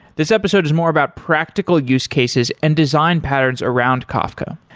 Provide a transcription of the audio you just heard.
this episode is more about practical use cases and design pattern around kafka.